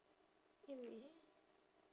eh wait